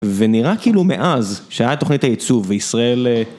ונראה כאילו מאז שהיה תוכנית הייצוב וישראל...